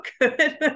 good